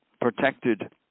protected